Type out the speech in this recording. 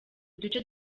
duce